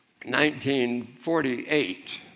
1948